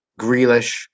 Grealish